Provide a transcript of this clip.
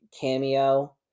cameo